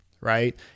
right